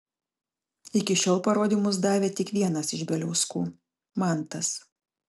iki šiol parodymus davė tik vienas iš bieliauskų mantas